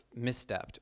misstepped